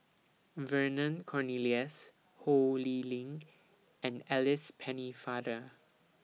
Vernon Cornelius Ho Lee Ling and Alice Pennefather